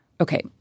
Okay